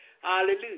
Hallelujah